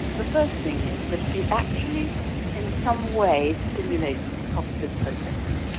the first thing is that it actually in some way stimulates cognitive processing.